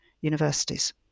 universities